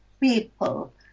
people